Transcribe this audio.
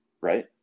right